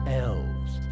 elves